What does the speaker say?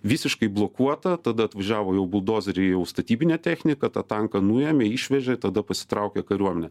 visiškai blokuota tada atvažiavo jau buldozeriai jau statybinė technika tą tanką nuėmė išvežė tada pasitraukė kariuomenė